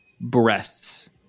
breasts